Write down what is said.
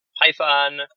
Python